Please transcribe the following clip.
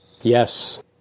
Yes